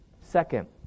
Second